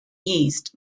yeast